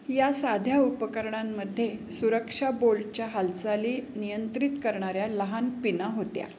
या साध्या उपकरणांमध्ये सुरक्षा बोल्डच्या हालचाली नियंत्रित करणाऱ्या लहान पिना होत्या